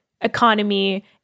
economy